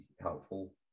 helpful